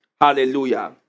Hallelujah